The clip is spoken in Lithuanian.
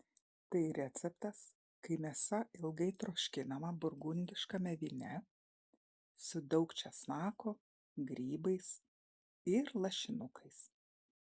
tai receptas kai mėsa ilgai troškinama burgundiškame vyne su daug česnako grybais ir lašinukais